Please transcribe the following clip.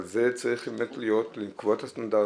אבל זה צריך באמת להיות --- לקבוע את הסטנדרטים,